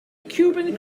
cuban